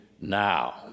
now